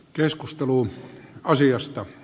keskustelu asiasta